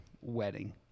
wedding